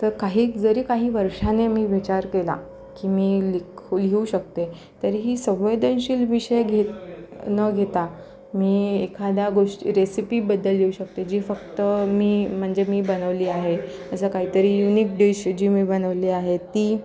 तर काही जरी काही वर्षाने मी विचार केला की मी लिख लिहू शकते तरीही संवेदनशील विषय घेत न घेता मी एखाद्या गोष्टी रेसिपीबद्दल लिहू शकते जी फक्त मी म्हणजे मी बनवली आहे असं काहीतरी युनिक डिश जी मी बनवली आहे ती